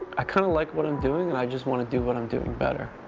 i kind of like what i'm doing, and i just want to do what i'm doing better,